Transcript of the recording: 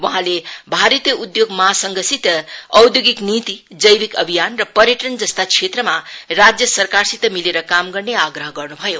वहाँले भारतीय उधोग महासंघसित भौधोगिक नीति जैविक अभियान र पर्याटन जस्ता क्षेत्रमा राज्य सरकारसित मिलेर काम गर्ने आग्रह गर्नु भयो